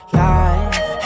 life